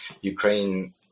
Ukraine